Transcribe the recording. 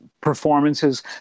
performances